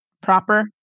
proper